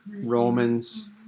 Romans